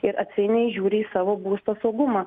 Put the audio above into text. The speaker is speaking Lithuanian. ir atsainiai žiūri į savo būsto saugumą